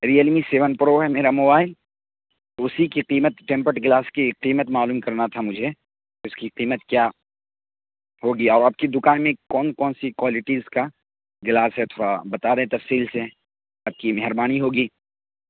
real می seven pro ہے میرا mobile اسی کی قیمت ٹیمپر گلاس کی قیمت معلوم کرنا تھا مجھے اس کی قیمت کیا ہوگی اب آپ کی دکان میں کون کون سی کوائلٹیز کا گلاس ہے تھوڑا بتا دیں تفصیل سے آپ کی مہربانی ہوگی